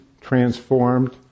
transformed